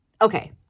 okay